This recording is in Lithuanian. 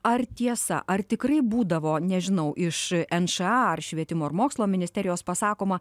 ar tiesa ar tikrai būdavo nežinau iš nša ar švietimo ir mokslo ministerijos pasakoma